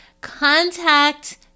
Contact